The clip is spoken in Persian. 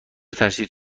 ترسید